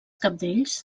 cabdells